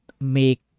make